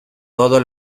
todo